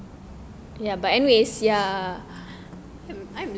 I have lots